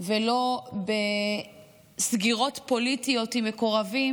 ולא בסגירות פוליטיות עם מקורבים,